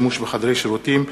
שימוש בחדר שירותים),